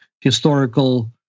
historical